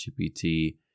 GPT